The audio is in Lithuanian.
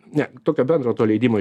ne tokio bendro to leidimo